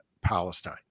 Palestine